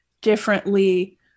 differently